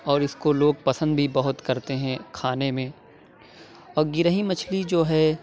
اور اِس کو لوگ پسند بھی بہت کرتے ہیں کھانے میں اور گرہی مچھلی جو ہے